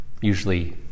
Usually